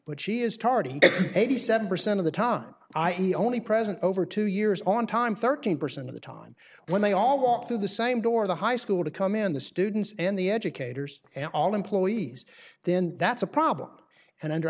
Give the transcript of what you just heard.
but she is tardy eighty seven percent of the tom i e only present over two years on time thirteen percent of the time when they all walk through the same door the high school to come in the students and the educators and all employees then that's a problem and under